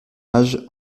âge